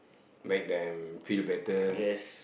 make them feel better